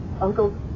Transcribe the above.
Uncle